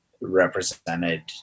represented